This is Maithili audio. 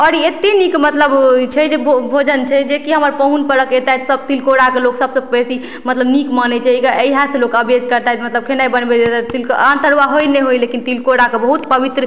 आओर ई अते नीक मतलब छै जे भोजन छै जे कि हमर पाहुन परख एतथि सब तिलकोराके लोक सबसँ बेसी मतलब नीक मानय छै एकरा इएहसँ लोक आवेश करतथि मतलब खेनाइ बनबय जेतथि आन तरुआ होइ नहि होइ लेकिन तिलकोराके बहुत पवित्र